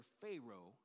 Pharaoh